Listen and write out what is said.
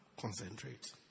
Concentrate